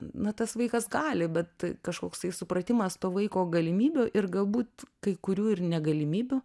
na tas vaikas gali bet kažkoksai supratimas to vaiko galimybių ir galbūt kai kurių ir negalimybių